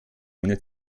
ohne